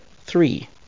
Three